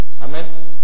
Amen